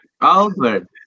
Albert